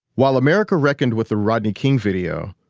while america reckoned with the rodney king video,